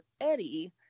Eddie